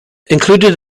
included